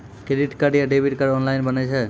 Credit card या debit card online बनै छै?